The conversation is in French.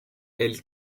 elle